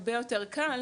הרבה יותר קל,